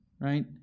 right